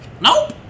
nope